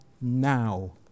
now